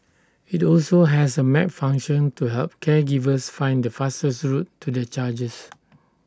IT also has A map function to help caregivers find the fastest route to their charges